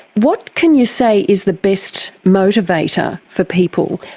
what can you say is the best motivator for people,